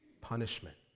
punishment